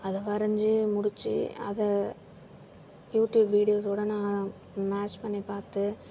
அதை வரைஞ்சு முடிச்சு அதை யூடியூப் வீடியோஸோட நான் மேட்ச் பண்ணி பார்த்து